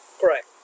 Correct